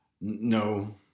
No